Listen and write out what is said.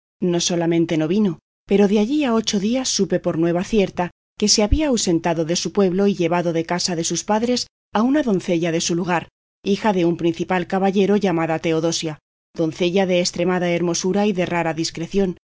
no solamente no vino pero de allí a ocho días supe por nueva cierta que se había ausentado de su pueblo y llevado de casa de sus padres a una doncella de su lugar hija de un principal caballero llamada teodosia doncella de estremada hermosura y de rara discreción